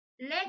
Let